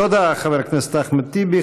תודה, חבר הכנסת אחמד טיבי.